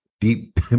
deep